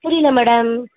புரியல மேடம்